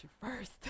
first